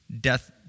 death